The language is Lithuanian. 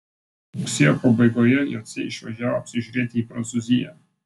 rugsėjo pabaigoje jociai išvažiavo apsižiūrėti į prancūziją